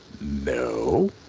No